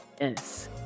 Yes